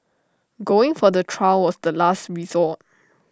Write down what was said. going for the trial was the last resort